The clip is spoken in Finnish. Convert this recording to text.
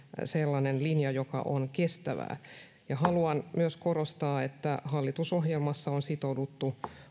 sellainen linja joka on kestävää haluan myös korostaa että hallitusohjelmassa on sitouduttu